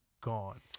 gone